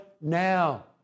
now